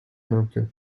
mümkün